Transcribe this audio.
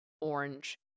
orange